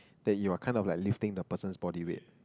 that you are kind of like lifting the person's body weight